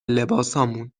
لباسمون